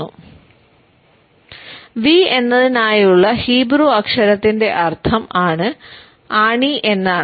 V എന്നതിനായുള്ള Hebrew അക്ഷരത്തിന്റെ അർത്ഥം ആണി എന്നാണ്